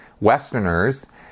Westerners